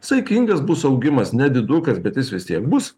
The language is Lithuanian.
saikingas bus augimas nedidukas bet jis vis tiek bus